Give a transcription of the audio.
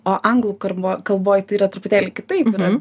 o anglų karbo kalboj tai yra truputėlį kitaip yra